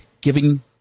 giving